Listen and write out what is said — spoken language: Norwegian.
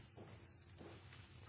og hele